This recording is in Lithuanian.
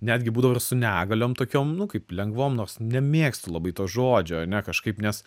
netgi būdavo ir su negaliom tokiom nu kaip lengvom nors nemėgstu labai to žodžio ane kažkaip nes